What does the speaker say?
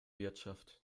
wirtschaft